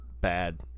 bad